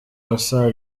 abasaga